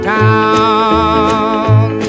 town